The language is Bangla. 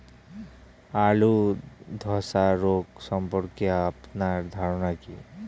আলু ধ্বসা রোগ সম্পর্কে আপনার ধারনা কী?